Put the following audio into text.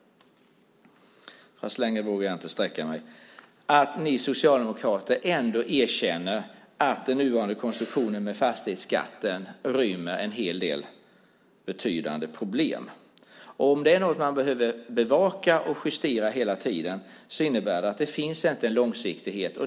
Längre vågar jag inte sträcka mig. Ni socialdemokrater erkänner ändå att den nuvarande konstruktionen med fastighetsskatten rymmer betydande problem. Om man hela tiden behöver bevaka och justera innebär det att det inte finns en långsiktighet.